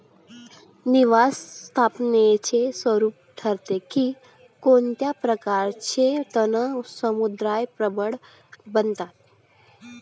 निवास स्थानाचे स्वरूप ठरवते की कोणत्या प्रकारचे तण समुदाय प्रबळ बनतात